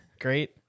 Great